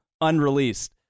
unreleased